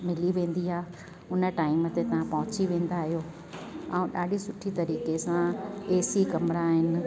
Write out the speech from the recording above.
मिली वेंदी आहे उन टाइम ते तव्हां त अची वेंदा आहियो ऐं ॾाढी सुठी तरीकक़े सां एसी कमिरा आहिनि